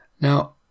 Now